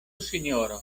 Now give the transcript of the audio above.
sinjoro